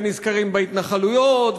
ונזכרים בהתנחלויות,